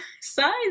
size